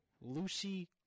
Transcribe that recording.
Lucy